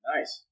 Nice